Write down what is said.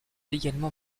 également